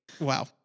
Wow